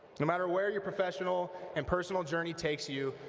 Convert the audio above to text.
no matter where your professional and personal journey takes you,